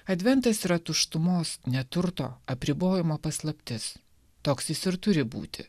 adventas yra tuštumos neturto apribojimo paslaptis toks jis ir turi būti